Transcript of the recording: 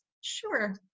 sure